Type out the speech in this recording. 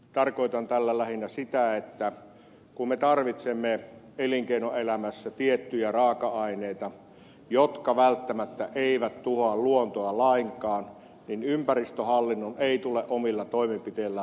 tarkoitan tällä lähinnä sitä että kun me tarvitsemme elinkeinoelämässä tiettyjä raaka aineita jotka välttämättä eivät tuhoa luontoa lainkaan niin ympäristöhallinnon ei tule omilla toimenpiteillään vaikeuttaa sitä